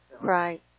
right